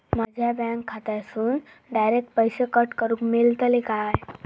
माझ्या बँक खात्यासून डायरेक्ट पैसे कट करूक मेलतले काय?